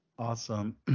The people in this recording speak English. Awesome